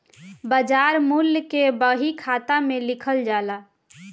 बाजार मूल्य के बही खाता में लिखल जाला